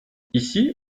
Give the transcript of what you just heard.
ici